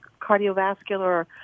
cardiovascular